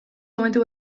momentu